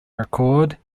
record